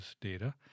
data